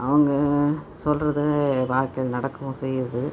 அவங்க சொல்வது வாழ்க்கையில் நடக்கவும் செய்யுது